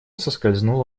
соскользнул